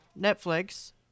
Netflix